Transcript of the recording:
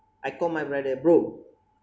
I call my brother bro